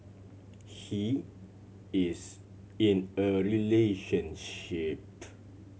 he is in a relationship